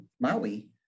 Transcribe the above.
maui